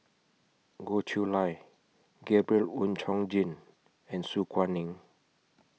Goh Chiew Lye Gabriel Oon Chong Jin and Su Guaning